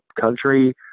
Country